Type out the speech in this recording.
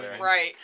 Right